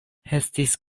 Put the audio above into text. estis